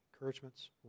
encouragements